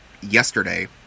yesterday